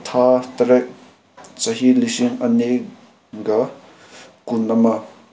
ꯊꯥ ꯇꯔꯦꯠ ꯆꯍꯤ ꯂꯤꯁꯤꯡ ꯑꯅꯤꯒ ꯀꯨꯟ ꯑꯃ